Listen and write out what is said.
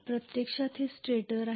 प्रत्यक्षात हे स्टेटर आहे